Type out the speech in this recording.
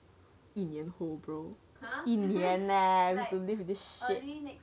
一年后 bro 一年 leh need to live with this shit